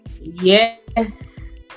yes